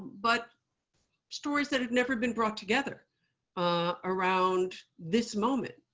but stories that had never been brought together ah around this moment.